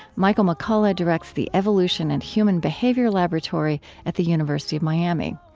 michael mccullough directs the evolution and human behavior laboratory at the university of miami.